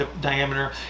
diameter